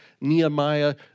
Nehemiah